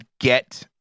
get